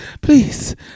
please